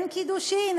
אין קידושים,